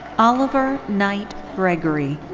oliver knight gregory.